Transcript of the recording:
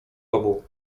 obu